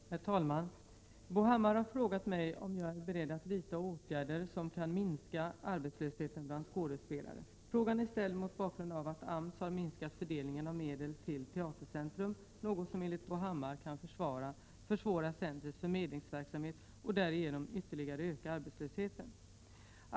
Herr talman! Bo Hammar har frågat mig om jag är beredd att vidta åtgärder som kan minska arbetslösheten bland skådespelare. Frågan är ställd mot bakgrund av att AMS har minskat fördelningen av medel till Teatercentrum, något som enligt Bo Hammar kan försvåra Teatercentrums förmedlingsverksamhet och därigenom ytterligare öka arbetslösheten.